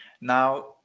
now